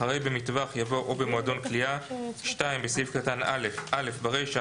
אחרי "במטווח" יבוא "או במועדון קליעה"; (2)בסעיף קטן (א) - (א)ברישה,